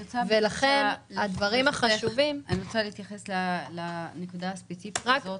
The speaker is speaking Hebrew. אני רוצה להתייחס לנקודה הספציפית הזאת.